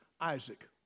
Isaac